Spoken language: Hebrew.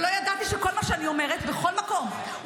ולא ידעתי שכל מה שאני אומרת בכל מקום,